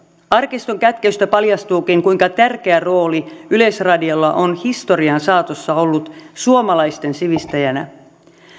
arkiston kätköistä paljastuukin kuinka tärkeä rooli yleisradiolla on historian saatossa ollut suomalaisten sivistäjänä